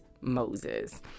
Moses